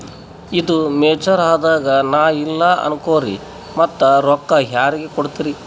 ಈದು ಮೆಚುರ್ ಅದಾಗ ನಾ ಇಲ್ಲ ಅನಕೊರಿ ಮತ್ತ ರೊಕ್ಕ ಯಾರಿಗ ಕೊಡತಿರಿ?